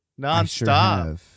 nonstop